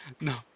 No